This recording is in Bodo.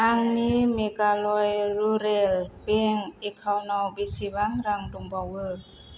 आंनि मेघालय रुरेल बेंक एकाउन्टाव बेसेबां रां दंबावो